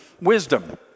wisdom